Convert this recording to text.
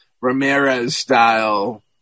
Ramirez-style